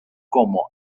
como